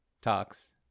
talks